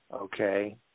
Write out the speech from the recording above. Okay